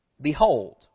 Behold